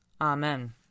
Amen